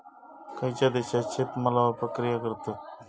खयच्या देशात शेतमालावर प्रक्रिया करतत?